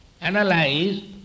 Analyze